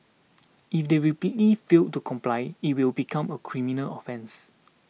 if they repeatedly fail to comply it will become a criminal offence